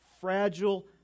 fragile